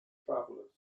travelers